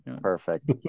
Perfect